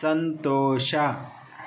ಸಂತೋಷ